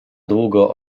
długo